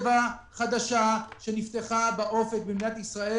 מחצבה חדשה שנפתחה במדינה ישראל,